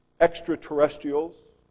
extraterrestrials